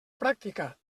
pràctica